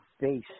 face